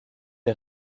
les